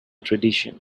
tradition